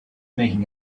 making